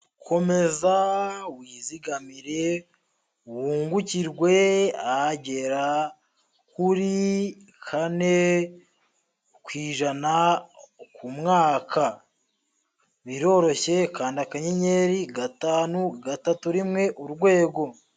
Komeza wizigamire wungukirwe ahagera kuri kane ku ijana ku mwaka, biroroshye kandi akayenyeri gatanu, gatatu rimwe urwego.